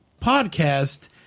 podcast